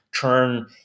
turn